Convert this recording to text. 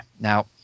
now